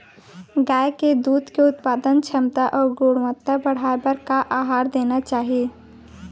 गाय के दूध के उत्पादन क्षमता अऊ गुणवत्ता बढ़ाये बर का आहार देना चाही?